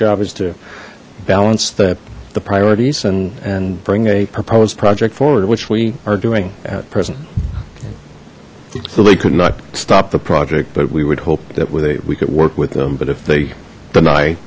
job is to balance that the priorities and and bring a proposed project forward which we are doing at present so they could not stop the project but we would hope that were they we could work with them but if they deny